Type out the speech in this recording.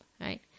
right